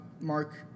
mark